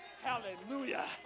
Hallelujah